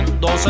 dos